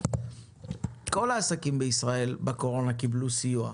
כל העסקים בישראל בקורונה קיבלו סיוע.